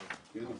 נמנעים.